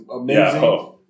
amazing